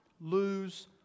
lose